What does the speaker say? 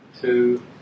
two